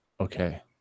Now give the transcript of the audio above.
Okay